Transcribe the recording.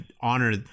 honor